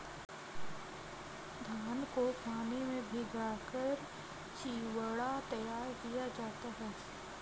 धान को पानी में भिगाकर चिवड़ा तैयार किया जाता है